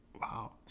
Wow